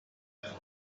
metal